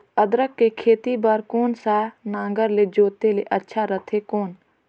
अदरक के खेती बार कोन सा नागर ले जोते ले अच्छा रथे कौन?